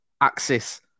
axis